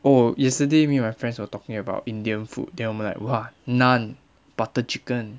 oh yesterday me and my friends were talking about indian food then 我们 like !wah! naan butter chicken